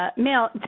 ah males